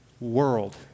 world